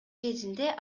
кезинде